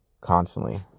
constantly